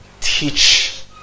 teach